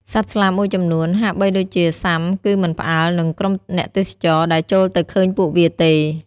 សត្វស្លាបមួយចំនួន ហាក់បីដូចជាស៊ាំគឺមិនផ្អើលនឹងក្រុមអ្នកទេសចរ ដែលចូលទៅឃើញពួកវាទេ។